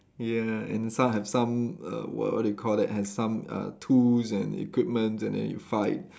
ya inside have some err what what do you call that have some uh tools and equipment and then you fight